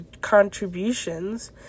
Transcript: contributions